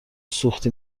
سوختی